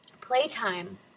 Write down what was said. Playtime